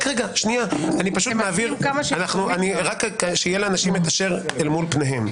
רק שיהיה לאנשים את אשר אל מול פניהם.